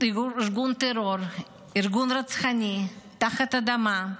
טרור רצחני מתחת לאדמה,